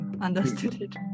understood